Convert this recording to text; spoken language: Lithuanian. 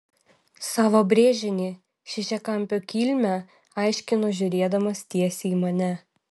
savo brėžinį šešiakampio kilmę aiškino žiūrėdamas tiesiai į mane